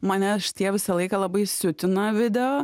mane šitie visą laiką labai siutina video